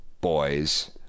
boys